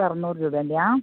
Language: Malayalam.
അറുന്നൂറ് രൂപയുടേതാണോ